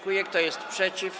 Kto jest przeciw?